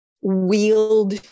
wield